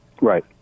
Right